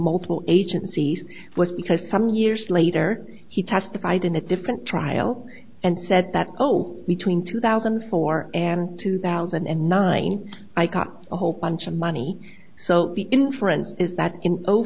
multiple agencies was because some years later he testified in a different trial and said that oh between two thousand and four and two thousand and nine i caught a whole bunch of money so the inference is that